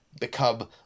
become